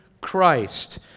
Christ